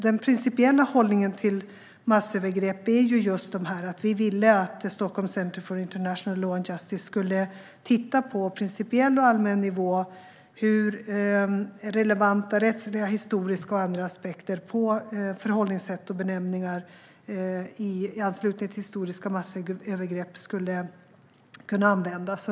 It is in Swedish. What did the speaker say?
Den principiella hållningen till massövergrepp är att vi ville att Stockholm Centre for International Law and Justice på principiell och allmän nivå skulle visa hur relevanta rättsliga, historiska och andra aspekter på förhållningssätt och benämningar i anslutning till historiska massövergrepp skulle kunna användas.